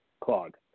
clog